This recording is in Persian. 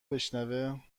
بشنوه